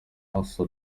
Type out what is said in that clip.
assad